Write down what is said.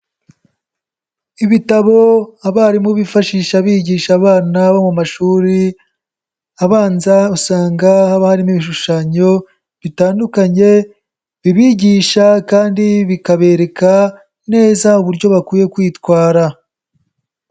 Ibitabo abarimu bifashisha bigisha abana bo mu mashuri abanza, usanga haba harimo ibishushanyo bitandukanye bibigisha kandi bikabereka neza uburyo bakwiye kwitwara.